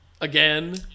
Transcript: again